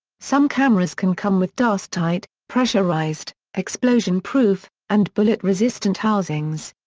some cameras can come with dust-tight, pressurized, explosion proof, and bullet-resistant housings.